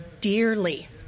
dearly